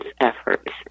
efforts